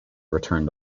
returned